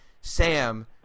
Sam